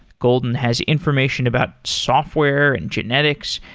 golden has information about software, and genetics,